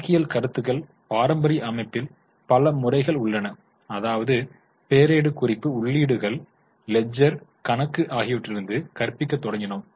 கணக்கியல் கருத்துக்கள் பாரம்பரிய அமைப்பில் பல முறைகள் உள்ளன அதாவது பேரேடு குறிப்பு உள்ளீடுகள் லெட்ஜர் கணக்கு ஆகியவற்றிலிருந்து கற்பிக்கத் தொடங்கினோம்